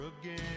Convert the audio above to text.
again